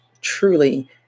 truly